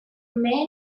main